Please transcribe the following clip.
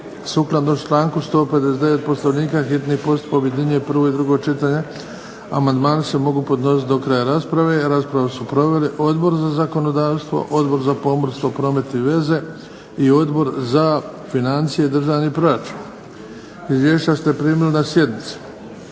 Sukladno članku 150. Poslovnika hitni postupak objedinjuje prvo i drugo čitanje. Amandmani se mogu podnositi do kraja rasprave. Raspravu su proveli Odbor za zakonodavstvo, Odbor za pomorstvo, promet i veze i Odbor za financije i državni proračun. Izvješća ste primili na sjednici.